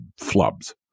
flubs